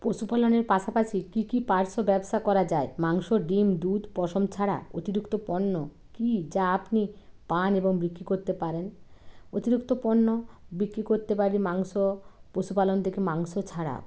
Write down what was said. পশুপালনের পাশাপাশি কী কী পার্শ্ব ব্যবসা করা যায় মাংস ডিম দুধ পশম ছাড়া অতিরিক্ত পণ্য কী যা আপনি পান এবং বিক্রি করতে পারেন অতিরিক্ত পণ্য বিক্রি করতে পারি মাংস পশুপালন থেকে মাংস ছাড়া